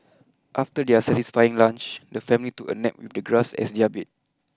after their satisfying lunch the family took a nap with the grass as their bed